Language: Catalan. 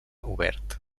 obert